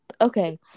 Okay